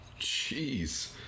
Jeez